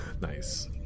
Nice